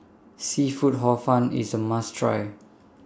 Seafood Hor Fun IS A must Try